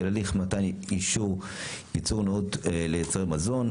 הליך מתן אישור ייצור נאות לייצר מזון,